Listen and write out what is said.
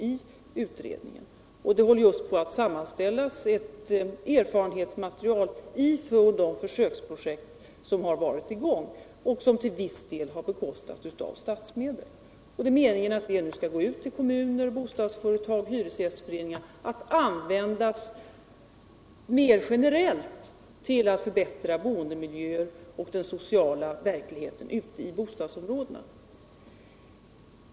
Man håller just nu på att sammanställa ett erfarenhetsmaterial från de försöksprojekt som har varit i gång. och som till viss del har bekostats av statsmedel. Det är meningen att det materialet skall gå ut till kommuner, bostadsföretag och hyresgästföreningar för att mer generellt användas till att förbättra boendemiljön och den sociala verkligheten ute i bostadsområdena.